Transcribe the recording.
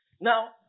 Now